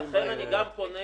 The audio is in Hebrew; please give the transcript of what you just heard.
אני מכיר את הכנסת,